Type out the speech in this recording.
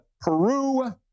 Peru